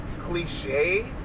cliche